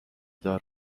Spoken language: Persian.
دار